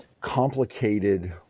complicated